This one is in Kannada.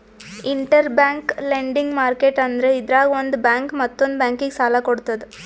ಇಂಟೆರ್ಬ್ಯಾಂಕ್ ಲೆಂಡಿಂಗ್ ಮಾರ್ಕೆಟ್ ಅಂದ್ರ ಇದ್ರಾಗ್ ಒಂದ್ ಬ್ಯಾಂಕ್ ಮತ್ತೊಂದ್ ಬ್ಯಾಂಕಿಗ್ ಸಾಲ ಕೊಡ್ತದ್